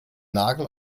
nagel